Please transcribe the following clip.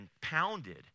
pounded